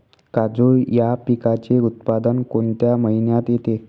काजू या पिकाचे उत्पादन कोणत्या महिन्यात येते?